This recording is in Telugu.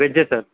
వెజ్జే సార్